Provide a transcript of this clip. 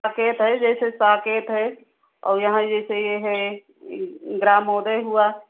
साकेत है जैसे साकेत है और यहाँ जैसे यह है ग्रामोदय हुआ